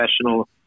professional